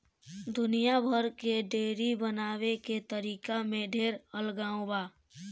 दुनिया भर के डेयरी बनावे के तरीका में ढेर अलगाव बा